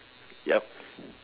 yup